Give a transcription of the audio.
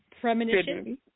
Premonition